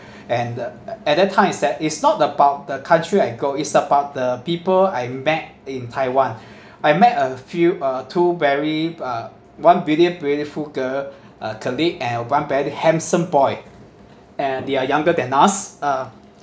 and at that time is that it's not about the country I go it's about the people I met in taiwan I met a few uh two very uh one very beautiful girl uh colleague and one very handsome boy and they're younger than us uh